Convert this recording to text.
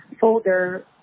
folder